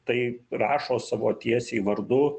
tai rašo savo tiesiai vardu